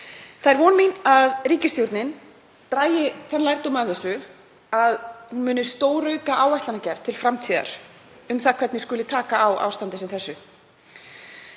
Það er von mín að ríkisstjórnin dragi þann lærdóm af þessu að hún muni stórauka áætlanagerð til framtíðar um það hvernig skuli taka á ástandi sem þessu.